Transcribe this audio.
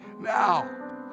now